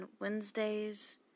Wednesdays